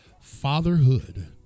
fatherhood